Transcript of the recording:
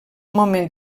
moment